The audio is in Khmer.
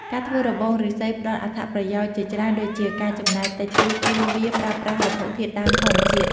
ការធ្វើរបងឬស្សីផ្តល់អត្ថប្រយោជន៍ជាច្រើន ដូចជាការចំណាយតិចតួចព្រោះវាប្រើប្រាស់វត្ថុធាតុដើមធម្មជាតិ។